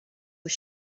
was